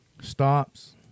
Stops